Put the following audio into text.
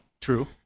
True